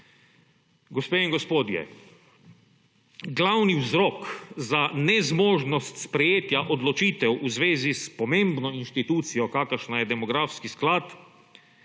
Gospe in gospodje, glavni vzrok za nezmožnost sprejetja odločitev, v zvezi s pomembno inštitucijo, kakršna je demografski sklad,